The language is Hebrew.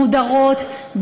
המודרות,